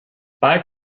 bald